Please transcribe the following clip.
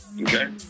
Okay